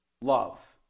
Love